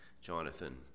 Jonathan